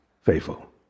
faithful